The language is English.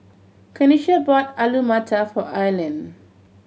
Kanisha bought Alu Matar for Aylin